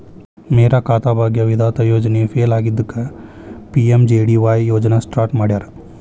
ಮೇರಾ ಖಾತಾ ಭಾಗ್ಯ ವಿಧಾತ ಯೋಜನೆ ಫೇಲ್ ಆಗಿದ್ದಕ್ಕ ಪಿ.ಎಂ.ಜೆ.ಡಿ.ವಾಯ್ ಯೋಜನಾ ಸ್ಟಾರ್ಟ್ ಮಾಡ್ಯಾರ